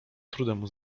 trudem